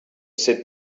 sit